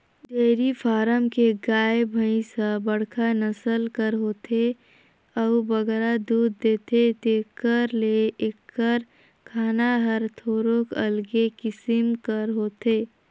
dairy farm के गाय, भंइस ह बड़खा नसल कर होथे अउ बगरा दूद देथे तेकर ले एकर खाना हर थोरोक अलगे किसिम कर होथे